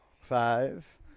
five